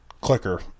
clicker